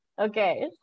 Okay